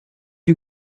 you